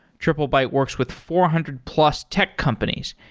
triplebyte works with four hundred plus tech companies,